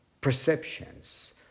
perceptions